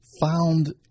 found